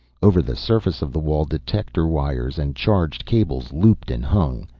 over the surface of the wall detector wires and charged cables looped and hung.